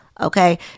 okay